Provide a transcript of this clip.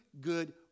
good